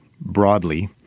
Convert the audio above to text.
broadly